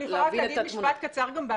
אם אני יכולה רק להגיד משפט קצר באנגלית